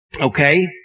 Okay